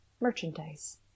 merchandise